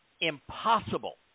impossible